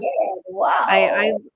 Wow